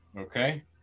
Okay